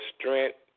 strength